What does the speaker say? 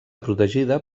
protegida